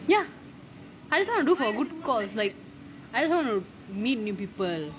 ya I just want to do for a good because like I just want to meet new people